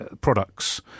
products